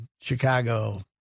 Chicago